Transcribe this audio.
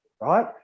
right